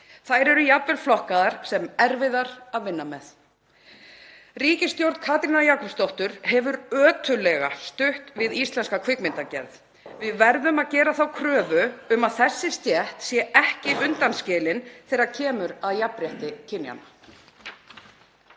Þær eru jafnvel flokkaðar sem erfiðar að vinna með.“ Ríkisstjórn Katrínar Jakobsdóttur hefur ötullega stutt við íslenska kvikmyndagerð. Við verðum að gera þá kröfu að þessi stétt sé ekki undanskilin þegar kemur að jafnrétti kynjanna.